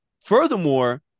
furthermore